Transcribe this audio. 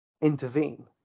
intervene